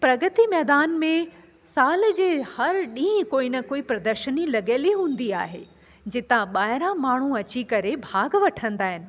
प्रगति मैदान में साल जे हर ॾींहुं कोई न कोई प्रदर्शनी लॻियल ई हूंदी आहे जितां ॿाहिरां माण्हू अची करे भाॻु वठंदा आहिनि